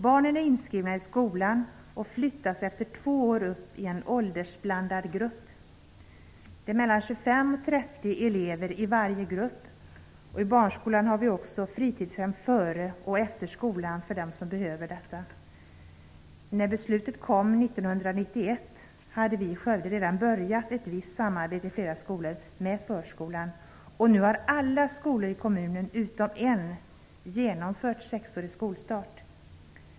Barnen är inskrivna i skolan och flyttas efter två år upp i en åldersblandad grupp. Det är mellan 25 och 30 elever i varje grupp. I Barnskolan finns också fritidshem före och efter skolan för dem som behöver detta. När beslutet fattades 1991 hade vi i Skövde redan börjat ett visst samarbete i flera skolor med förskolan, och nu har alla skolor i kommunen utom en genomfört skolstart vid sex år.